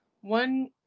one